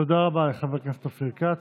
תודה רבה לחבר הכנסת אופיר כץ.